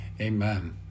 Amen